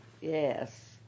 Yes